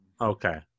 Okay